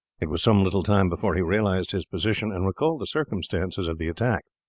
it was some little time before he realized his position and recalled the circumstances of the attack.